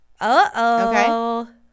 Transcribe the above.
Uh-oh